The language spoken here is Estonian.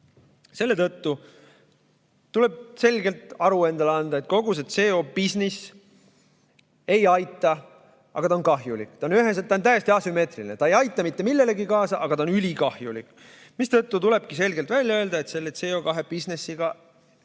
Selle tõttu tuleb selgelt endale aru anda, et kogu see CO2bisnis ei aita, aga ta on kahjulik. Ta on täiesti asümmeetriline, ta ei aita mitte millelegi kaasa, aga ta on ülikahjulik. Seetõttu tuleb selgelt välja öelda, et selle CO2bisnisega